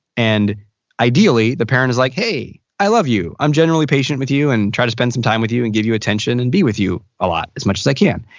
and ideally, the parent is like, hey, i love you. i'm generally patient with you and try to spend some time with you and give you attention and be with you a lot. as much as i can.